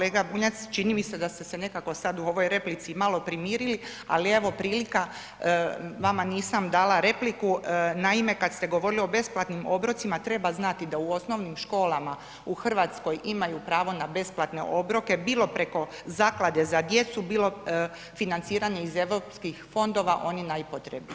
Hvala kolega Bunjac, čini mi se da ste se nekako sad u ovoj replici i malo primirili, ali evo, prilika, vama nisam dala repliku, naime, kad ste govorili o besplatnim obrocima treba znati da u osnovnim školama u Hrvatskoj imaju pravo na besplatne obroke, bilo preko Zaklade za djecu, bilo financiranje iz EU fondova onih najpotrebitijih.